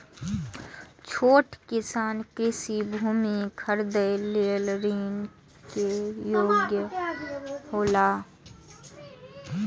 छोट किसान कृषि भूमि खरीदे लेल ऋण के योग्य हौला?